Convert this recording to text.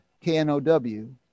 K-N-O-W